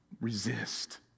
resist